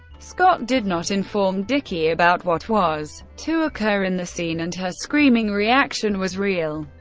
scott did not inform dickie about what was to occur in the scene and her screaming reaction was real.